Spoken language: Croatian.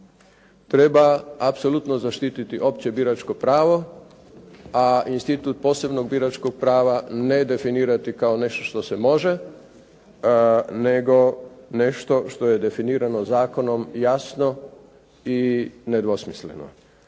treba apsolutno zaštititi opće biračko pravo, a institut posebnog biračkog prava ne definirati kao nešto što se može, nego nešto što je definirano zakonom jasno i nedvosmisleno.